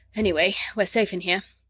anyway, we're safe in here.